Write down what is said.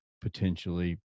potentially